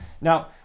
Now